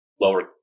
lower